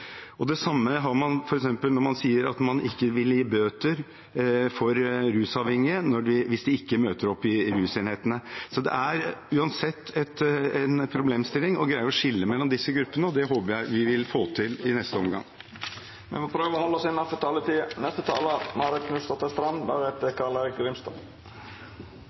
andre. Det samme har man når man f.eks. sier at man ikke vil gi bøter for rusavhengige hvis de ikke møter opp i rusenhetene . Så det er uansett en problemstilling å greie å skille mellom disse gruppene. Det håper jeg vi vil få til i neste omgang. Me må prøva å halda oss innanfor taletida. Det var et godt innlegg av foregående taler.